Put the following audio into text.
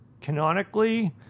canonically